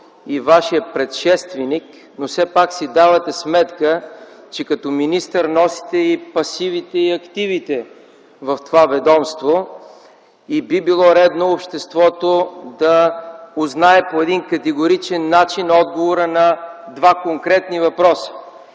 и Вашият предшественик, но все пак си давате сметка, че като министър носите и пасивите, и активите в това ведомство. Би било редно обществото да узнае по категоричен начин отговора на два конкретни въпроса.